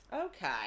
Okay